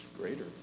greater